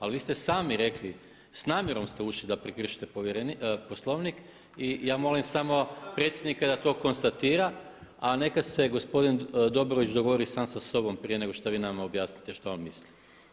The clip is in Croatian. Ali vi ste sami rekli s namjerom ste ušli da prekršite Poslovnik i ja molim samo predsjednika da to konstatiram, a neka se gospodin Dobrović dogovori sam sa sobom prije nego što vi nama objasnite što on misli.